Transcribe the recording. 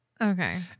Okay